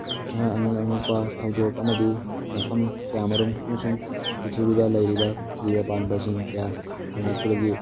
ꯑꯉꯛ ꯑꯉꯛꯄ ꯊꯧꯗꯣꯛ ꯑꯃꯗꯤ ꯃꯐꯝ ꯀꯌꯥ ꯑꯃꯔꯣꯝ ꯑꯃꯁꯨꯡ ꯄꯤꯊ꯭ꯔꯤꯕꯤꯗ ꯂꯩꯔꯤꯕ ꯖꯤꯕ ꯄꯥꯟꯕꯁꯤꯡ ꯀꯌꯥ ꯊꯦꯡꯅꯈꯤꯕꯒꯤ